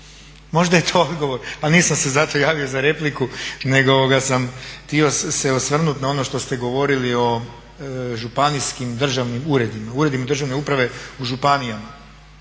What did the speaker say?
Možda je to odgovor. Ali nisam se zato javio za repliku nego sam htio se osvrnut na ono što ste govorili o županijskim državnim uredima, uredima državne uprave u županijama.